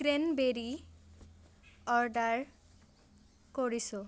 cranberry order কৰিছোঁ